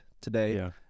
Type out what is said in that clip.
today